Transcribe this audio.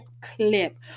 clip